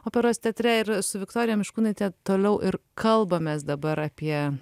operos teatre ir su viktorija miškūnaite toliau ir kalbamės dabar apie